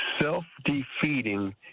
self-defeating